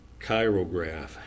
chirograph